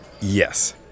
Yes